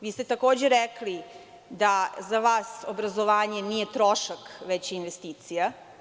Vi ste takođe rekli da za vas obrazovanje nije trošak, već investicija.